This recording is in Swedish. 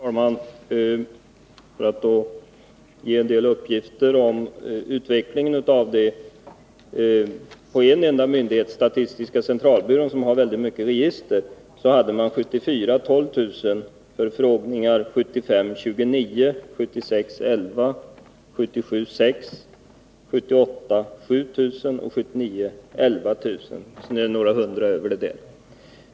Fru talman! Jag vill ge en del uppgifter om utvecklingen hos en enda myndighet, statistiska centralbyrån, som har många register. 1974 fick byrån ca 12 000 förfrågningar, 1975 ca 29 000, 1976 ca 11 000, 1977 ca 6 000, 1978 ca 7000 och 1979 ca 11 000 förfrågningar.